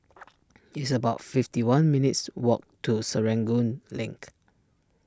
it's about fifty one minutes' walk to Serangoon Link